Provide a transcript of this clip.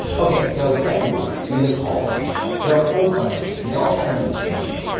okay so, step number one use a call-blocking app, there are a whole bunch of these, and they all try to do the same thing,